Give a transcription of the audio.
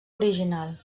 original